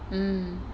mm